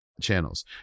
channels